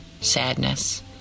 sadness